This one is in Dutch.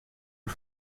een